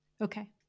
okay